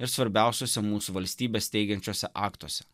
ir svarbiausiuose mūsų valstybę steigiančiuose aktuose